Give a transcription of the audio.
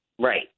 Right